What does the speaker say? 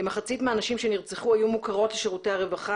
כמחצית מהנשים שנרצחו היו מוכרות לשירותי הרווחה